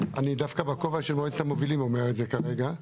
אני דווקא בכובע של מועצת המובילים אומר את זה כרגע.